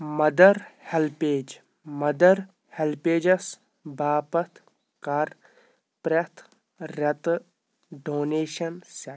mother ہؠلپؠج mother ہیٚلپیجس باپتھ کَر پرٛٮ۪تھ رٮ۪تہٕ ڈونیشن سیٹ